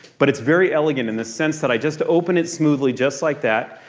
but it's very elegant in the sense that i just open it smoothly just like that.